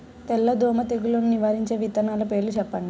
తెల్లదోమ తెగులును నివారించే విత్తనాల పేర్లు చెప్పండి?